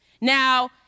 Now